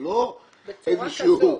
בצורה כזו.